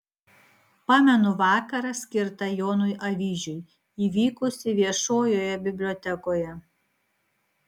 pamenu vakarą skirtą jonui avyžiui įvykusį viešojoje bibliotekoje